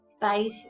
faith